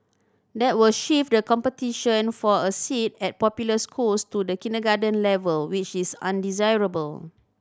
that will shift the competition for a seat at popular schools to the kindergarten level which is undesirable